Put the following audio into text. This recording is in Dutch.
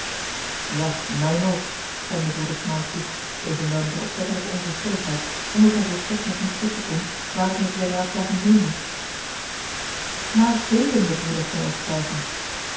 ja mijn ook stemde broeder smout toe evenwel met een opzettelijke onverschilligheid omdat hij volstrekt nog niet kon gissen waar het met de beraadslaging heen moest maar déélen de broeders zijn overtuiging